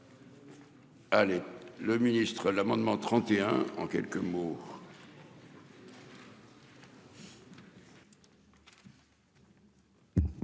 Allez le ministre l'amendement 31, en quelques mots.